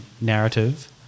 narrative